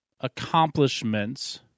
accomplishments